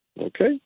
okay